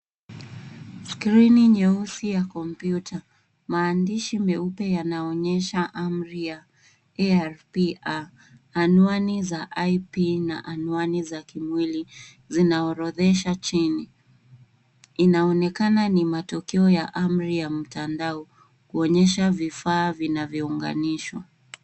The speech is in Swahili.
Skrini nyeusi ya kompyuta. Maandishi meupe yanaonyesha amri ya ARP A . Anwani za IP na anwani za kimwili zinaorodhesha chini. Inaonekana ni matokea ya amri ya mtandao kuonyesha vifaa vinavyounganishwa.